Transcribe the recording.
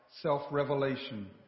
self-revelation